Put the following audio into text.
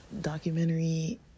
documentary